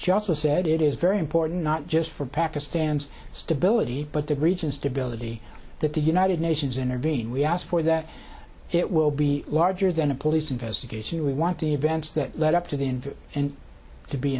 she also said it is very important not just for pakistan's stability but the region stability that the united nations intervene we ask for that it will be larger than a police investigation we want the events that led up to the end and to be